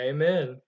Amen